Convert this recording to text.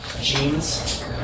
jeans